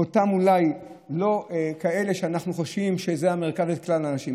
ואולי לא כאלה שאנחנו חושבים שזה המרכז וכלל האנשים,